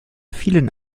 vielen